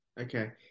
Okay